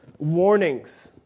Warnings